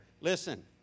Listen